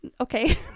okay